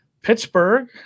Pittsburgh